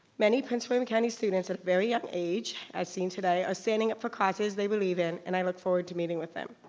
many prince william county students at a very young age, as seen today, are standing up for causes they believe in, and i look forward to meeting with them.